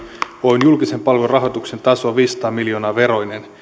oyn julkisen palvelun rahoituksen taso on viisisataa miljoonaa veroineen